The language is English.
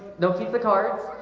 no keep the cards.